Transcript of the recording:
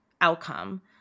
outcome